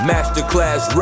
Masterclass